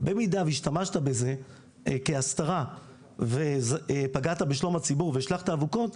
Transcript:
במידה והשתמשת בזה כהסתרה ופגעת בשלום הציבור והשלכת אבוקות,